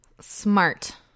Smart